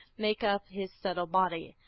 make up his subtle body.